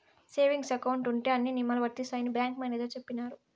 saving account ఉంటే అన్ని నియమాలు వర్తిస్తాయని బ్యాంకు మేనేజర్ చెప్పినారు